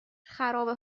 خرابه